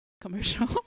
commercial